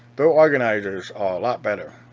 their organizers are a lot better.